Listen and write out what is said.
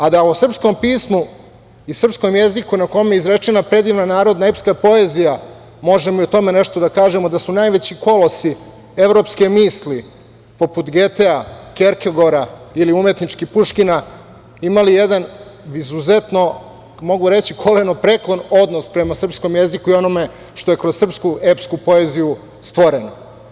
A da o srpskom pismu i srpskom jeziku na kom je izrečena predivna narodna epska poezija, možemo i o tome nešto da kažemo, da su najveći kolosi evropske misli, poput Getea, Kjerkegora, ili Puškina, imali jedan izuzetno, mogu reći, kolenopreklon odnos prema srpskom jeziku i onome što je kroz srpsku epsku poeziju stvoreno.